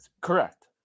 Correct